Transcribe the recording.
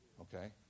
Okay